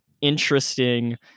interesting